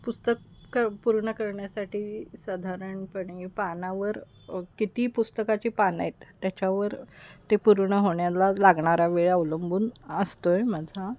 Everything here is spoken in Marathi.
पुस्तक क पूर्ण करण्यासाठी साधारणपणे पानावर किती पुस्तकाची पानएत त्याच्यावर ते पूर्ण होण्याला लागणारा वेळ अवलंबून असतो माझा